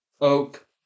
oak